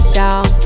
down